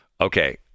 Okay